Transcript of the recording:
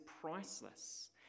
priceless